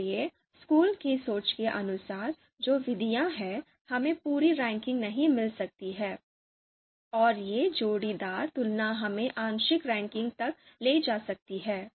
इसलिए स्कूल की सोच के अनुसार जो विधियाँ हैं हमें पूरी रैंकिंग नहीं मिल सकती है और ये जोड़ीदार तुलना हमें आंशिक रैंकिंग तक ले जा सकती है